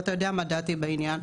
ואתה יודע מה דעתי בעניין,